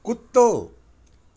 कुतो